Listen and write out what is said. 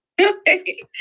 okay